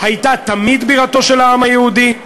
הייתה תמיד בירתו של העם היהודי,